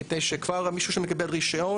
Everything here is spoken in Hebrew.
מפני שכבר מישהו שמקבל רישיון,